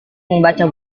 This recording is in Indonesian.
membaca